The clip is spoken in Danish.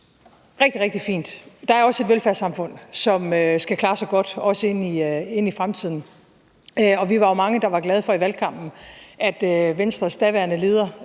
rigtig, rigtig fint. Der er også et velfærdssamfund, som skal klare sig godt, også ind i fremtiden, og vi var jo mange, der i valgkampen var glade for, at Venstres daværende leder